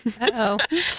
Uh-oh